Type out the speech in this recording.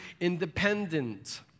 independent